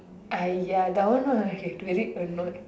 !aiyo! that one all I get very annoyed